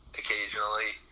occasionally